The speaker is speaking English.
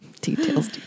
details